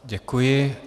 Děkuji.